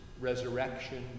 Resurrection